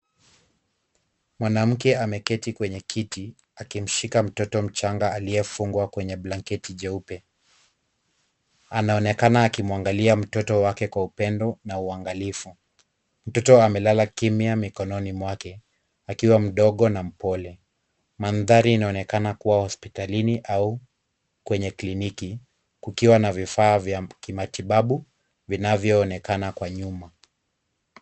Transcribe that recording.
Mwanamke ameketi kwenye kiti akimshika mtoto mchanga aliyefungwa kwenye blanketi jeupe, anaonekana akimwangalia mtoto wake Kwa upendo na uangalifu mtoto amelala kimya mikononi mwake akiwa mdogo na mpole. Mandhari inaonekana kuwa hospitalini au kliniki kukiwa na vifaa vya matibabu vinavyoonekana kwa nyuma.